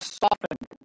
softened